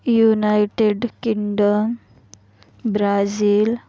United Kingdom Brazil